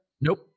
Nope